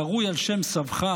קרוי על שם סבך,